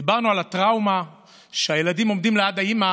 דיברנו על הטראומה, שהילדים עומדים ליד האימא